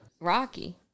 Rocky